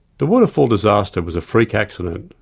the waterfall disaster was a freak accident,